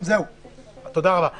כדי להבהיר מה גודל האבסורד,